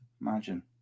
Imagine